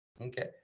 Okay